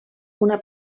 una